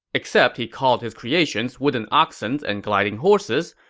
except he called his creations wooden oxens and gliding horses,